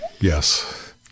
yes